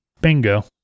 Bingo